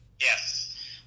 Yes